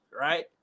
right